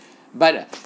but